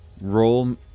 Roll